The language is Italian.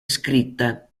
scritta